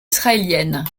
israéliennes